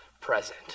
present